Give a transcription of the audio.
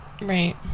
Right